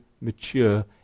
mature